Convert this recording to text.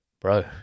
Bro